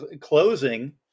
closing